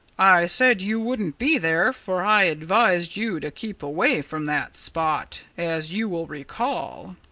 i said you wouldn't be there, for i advised you to keep away from that spot, as you will recall.